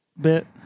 bit